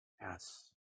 Yes